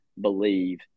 believe